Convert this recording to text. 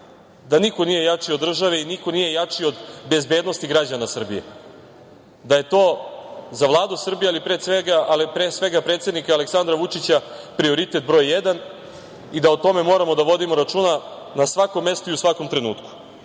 da niko nije jači od države, niko nije jači od bezbednosti građana Srbije, da je to za Vladu Srbije, ali pre svega predsednika Aleksandra Vučića, prioritet broj jedan i da o tome moramo da vodimo računa na svakom mestu i u svakom trenutku.Međutim,